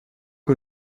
que